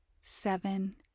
seven